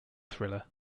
thriller